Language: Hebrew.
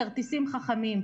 כרטיסים חכמים.